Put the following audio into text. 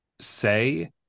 say